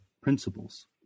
principles